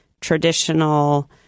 traditional